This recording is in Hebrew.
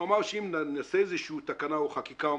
הוא אמר שאם נעשה איזושהי תקנה או חקיקה או